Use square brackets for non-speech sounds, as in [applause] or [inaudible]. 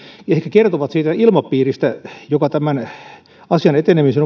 kertovat siitä ilmapiiristä mikä tämän asian etenemisen [unintelligible]